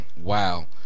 wow